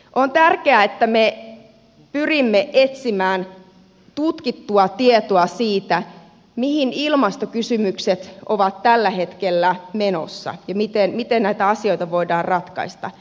on tärkeää että me pyrimme etsimään tutkittua tietoa siitä mihin ilmastokysymykset ovat tällä hetkellä menossa ja miten näitä asioita voidaan ratkaista